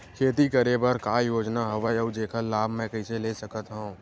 खेती करे बर का का योजना हवय अउ जेखर लाभ मैं कइसे ले सकत हव?